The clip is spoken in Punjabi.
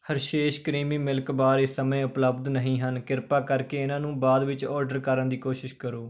ਹਰਸ਼ੇਸ ਕਰੀਮੀ ਮਿਲਕ ਬਾਰ ਇਸ ਸਮੇਂ ਉਪਲਬਧ ਨਹੀਂ ਹਨ ਕ੍ਰਿਪਾ ਕਰਕੇ ਇਨ੍ਹਾਂ ਨੂੰ ਬਾਅਦ ਵਿੱਚ ਆਰਡਰ ਕਰਨ ਦੀ ਕੋਸ਼ਿਸ਼ ਕਰੋ